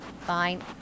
Fine